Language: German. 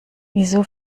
wieso